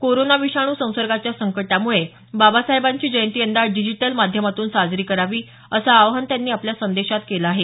corona विषाणू संसर्गाच्या संकटामुळे बाबासाहेबांची जयंती यंदा डिजिटल माध्यमातून साजरी करावी असं आवाहन त्यांनी आपल्या संदेशात केलं आहे